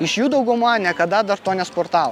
iš jų dauguma niekada dra nesportavo